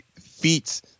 feats